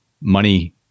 money